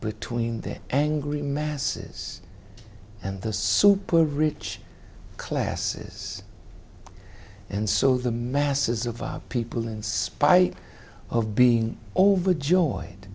their angry masses and the super rich classes and so the masses of people in spite of being overjoyed